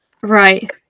Right